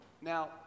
Now